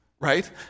Right